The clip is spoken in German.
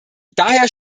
daher